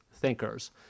thinkers